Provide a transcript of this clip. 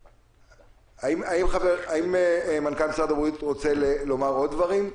האם מנכ"ל משרד הבריאות רוצה לומר עוד דברים?